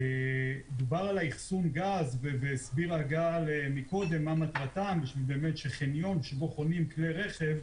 דובר על אחסון גז --- למיקוד ומה מטרתן שחניון שבו חונים כלי רכב.